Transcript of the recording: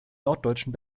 norddeutschen